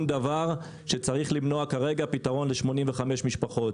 דבר שצריך למנוע פתרון ל-85 משפחות.